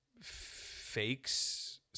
fakes